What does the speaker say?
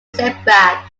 setback